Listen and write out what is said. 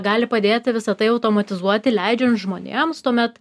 gali padėti visa tai automatizuoti leidžiant žmonėms tuomet